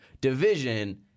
division